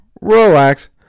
relax